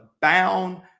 bound